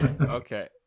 Okay